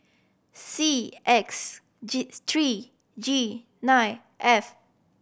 C X G three G nine F